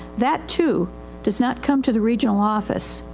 that too does not come to the regional office.